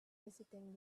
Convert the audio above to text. visiting